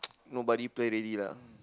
nobody play already lah